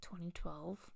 2012